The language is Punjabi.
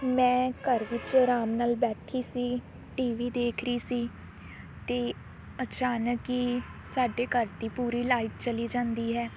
ਮੈਂ ਘਰ ਵਿੱਚ ਆਰਾਮ ਨਾਲ ਬੈਠੀ ਸੀ ਟੀ ਵੀ ਦੇਖ ਰਹੀ ਸੀ ਅਤੇ ਅਚਾਨਕ ਹੀ ਸਾਡੇ ਘਰ ਦੀ ਪੂਰੀ ਲਾਈਟ ਚਲੀ ਜਾਂਦੀ ਹੈ